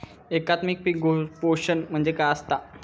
एकात्मिक पीक पोषण म्हणजे काय असतां?